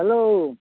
hello